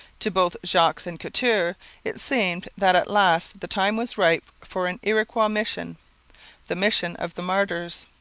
to both jogues and couture it seemed that at last the time was ripe for an iroquois mission the mission of the martyrs.